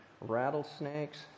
rattlesnakes